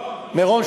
מירון, מירון.